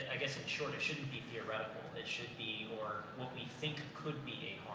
i guess, in short, it shouldn't be theoretical. it should be or what we think could be a